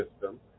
system